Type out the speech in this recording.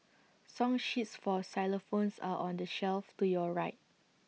song sheets for xylophones are on the shelf to your right